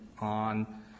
on